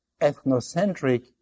ethnocentric